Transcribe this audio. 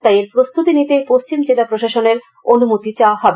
তাই এর প্রস্তুতি নিতেই পশ্চিম জেলা প্রশাসনের অনুমতি চাওয়া হবে